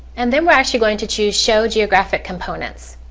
and then we're actually going to choose show geographic components.